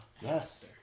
Yes